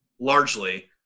Largely